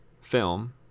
film